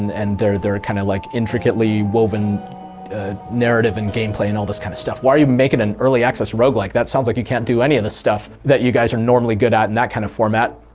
and and their their kind of, like, intricately woven narrative and gameplay and all this kind of stuff. why are you making an early access roguelike? that sounds like you can't do any of the stuff that you guys are normally good at in that kind of format.